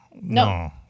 No